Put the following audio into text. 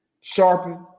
Sharpen